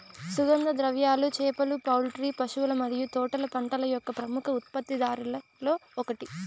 సుగంధ ద్రవ్యాలు, చేపలు, పౌల్ట్రీ, పశువుల మరియు తోటల పంటల యొక్క ప్రముఖ ఉత్పత్తిదారులలో ఒకటి